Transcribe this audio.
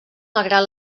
malgrat